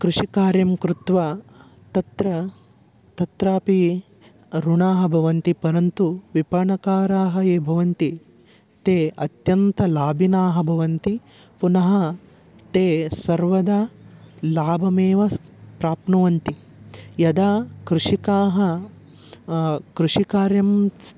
कृषिकार्यं कृत्वा तत्र तत्रापि ऋणाः भवन्ति परन्तु विपणकाराः ये भवन्ति ते अत्यन्तलाभिनः भवन्ति पुनः ते सर्वदा लाभमेव प्राप्नुवन्ति यदा कृषिकाः कृषिकार्यं स्